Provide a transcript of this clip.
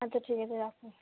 আচ্ছা ঠিক আছে রাখো